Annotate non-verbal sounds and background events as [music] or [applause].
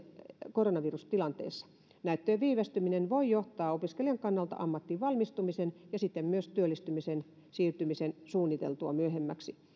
koronavirustilanteessa näyttöjen viivästyminen voi johtaa opiskelijan kannalta ammattiin valmistumisen ja siten myös työllistymisen siirtymiseen suunniteltua myöhemmäksi [unintelligible]